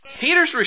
Peter's